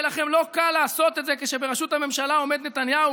יהיה לכם לא קל לעשות את זה כשבראשות הממשלה עומד נתניהו,